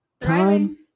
time